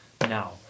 Now